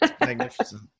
Magnificent